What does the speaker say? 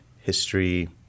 history